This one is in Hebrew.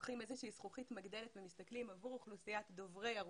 לוקחים איזה שהיא זכוכית מגדלת ומסתכלים עבור אוכלוסיית דוברי הרוסית,